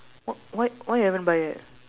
w~ why why you haven't buy yet